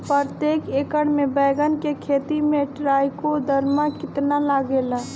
प्रतेक एकर मे बैगन के खेती मे ट्राईकोद्रमा कितना लागेला?